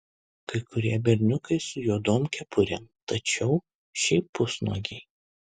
kai kurie berniukai su juodom kepurėm tačiau šiaip pusnuogiai